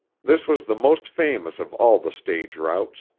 this was the most famous of all the stage routes,